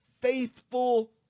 faithful